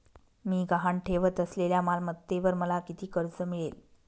मी गहाण ठेवत असलेल्या मालमत्तेवर मला किती कर्ज मिळेल?